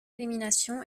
élimination